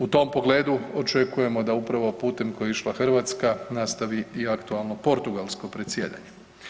U tom pogledu očekujemo da upravo putem kojim je išla Hrvatska nastavi i aktualno portugalsko predsjedanje.